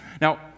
Now